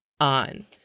on